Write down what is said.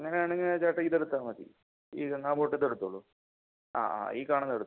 അങ്ങനെ ആണെങ്കിൽ ചേട്ടാ ഇത് എടുത്താൽ മതി ഈ ഗംഗാ ബോട്ടത്തെ എടുത്തോളൂ ആ ആ ഈ കാണുന്നത് എടുത്തോളൂ